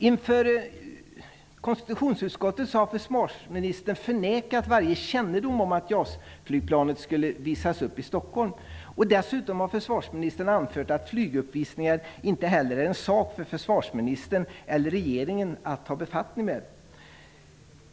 Inför konstitutionsutskottet förnekade försvarsministern varje kännedom om att JAS flygplanet skulle visas upp i Stockholm. Dessutom anförde försvarsministern att flyguppvisningar inte är en sak för försvarsministern eller regeringen att ta befattning med.